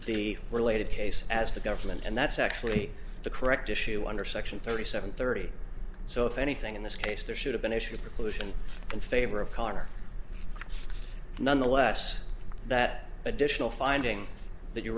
the related case as the government and that's actually the correct issue under section thirty seven thirty so if anything in this case there should have been issue preclusion in favor of carter nonetheless that additional finding that you